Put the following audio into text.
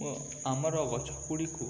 ଓ ଆମର ଗଛ ଗୁଡ଼ିକୁ